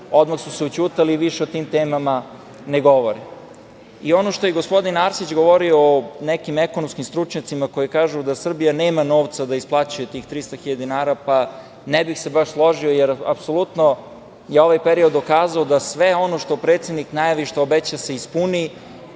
odmah su se ućutali i više o tim temama ne govore. Ono što je gospodin Arsić govorio o nekim ekonomskim stručnjacima koji kažu da Srbija nema novca da isplaćuje tih 300.000 dinara, pa ne bih se baš složio jer apsolutno je ovaj period dokazao da sve ono što predsednik najavi, što obeća se i ispuni.